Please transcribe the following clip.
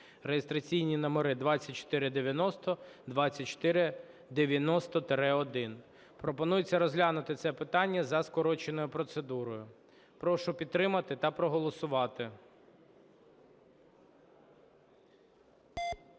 (реєстраційні номери 2490, 2490-1). Пропонується розглянути це питання за скороченою процедурою. Прошу підтримати та проголосувати.